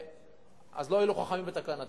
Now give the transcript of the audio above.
אז לא הועילו חכמים בתקנתם.